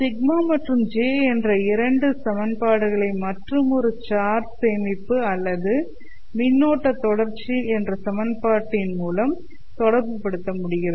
σ மற்றும் J' என்ற இரண்டு சமன்பாடுகளை மற்றுமொரு சார்ஜ் சேமிப்பு அல்லது மின்னோட்ட தொடர்ச்சி என்ற சமன்பாட்டின் மூலம் தொடர்பு படுத்த முடிகிறது